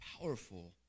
powerful